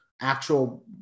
actual